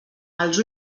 els